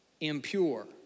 impure